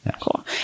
Cool